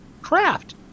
craft